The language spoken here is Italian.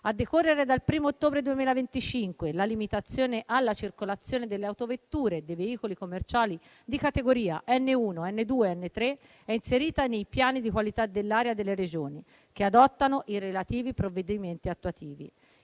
A decorrere dal 1° ottobre 2025 la limitazione alla circolazione delle autovetture e dei veicoli commerciali di categoria N1, N2 e N3 è inserita nei piani di qualità dell'area delle Regioni che adottano i relativi provvedimenti attuativi.